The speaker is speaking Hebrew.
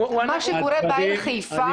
מה שקורה בעיר חיפה,